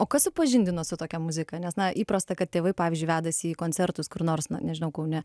o kas supažindino su tokia muzika nes na įprasta kad tėvai pavyzdžiui vedasi į koncertus kur nors na nežinau kaune